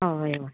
हय हय